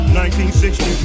1960